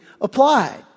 applied